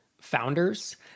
founders